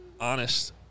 honest